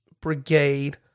brigade